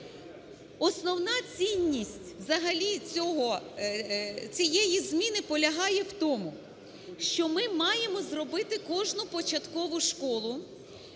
Основна цінність взагалі цієї зміни полягає в тому, що ми маємо зробити кожну початкову школу